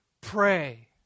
pray